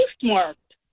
postmarked